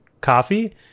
coffee